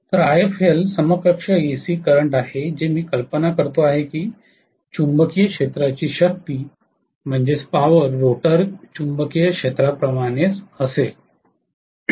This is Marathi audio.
तर Ifl समकक्ष एसी करंट आहे जे मी कल्पना करतो आहे की की चुंबकीय क्षेत्राची शक्ती रोटर चुंबकीय क्षेत्राप्रमाणेच असेल